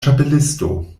ĉapelisto